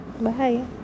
Bye